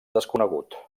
desconegut